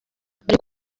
bari